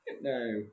No